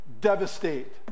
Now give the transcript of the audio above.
devastate